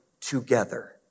together